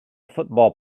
football